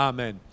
Amen